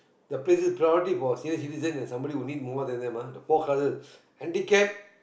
the places of priority for senior citizen and somebody who needs more than them ah the four colours handicapped